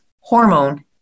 hormone